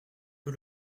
peu